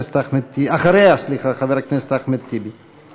אחריה, חבר הכנסת אחמד טיבי.